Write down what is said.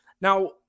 Now